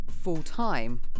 full-time